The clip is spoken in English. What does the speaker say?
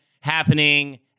happening